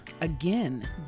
again